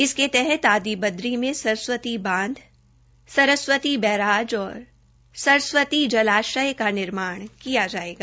इसके तहक आदि बद्री में सरस्वती बांध सरस्वती बैराज और सरस्वती जलाश्य का निर्माण किया जायेगा